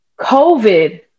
COVID